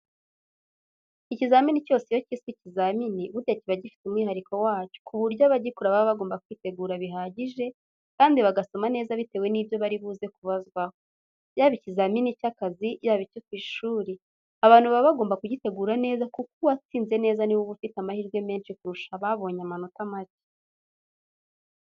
Ikizamini cyose iyo cyiswe ikizamini burya kiba gifite umwihariko wacyo ku buryo abagikora baba bagomba kwitegura bihagije, kandi bagasoma neza bitewe n'ibyo bari buze kubazwaho. Yaba ikizamini cy'akazi, yaba icyo ku ishuri, abantu baba bagomba kugitegura neza kuko uwatsinze neza ni we uba ufite amahirwe menshi kurusha ababonye amanota make.